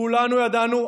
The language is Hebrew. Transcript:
כולנו ידענו.